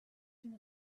soon